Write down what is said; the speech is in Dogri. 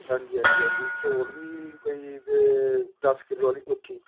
हां जी हां जी चौल बी कोई दस किलो आह्ली गुत्थी